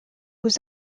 was